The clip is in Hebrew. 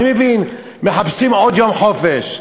אני מבין, מחפשים עוד יום חופש.